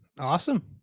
Awesome